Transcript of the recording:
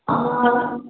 हॅं